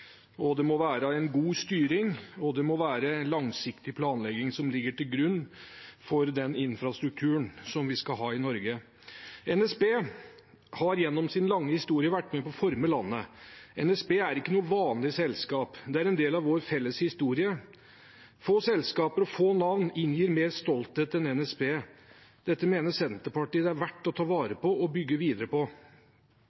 Det må være god styring og langsiktig planlegging som ligger til grunn for den infrastrukturen som vi skal ha i Norge. NSB har gjennom sin lange historie vært med på å forme landet. NSB er ikke noe vanlig selskap. Det er en del av vår felles historie. Få selskaper og få navn inngir mer stolthet enn NSB. Dette mener Senterpartiet det er verdt å ta vare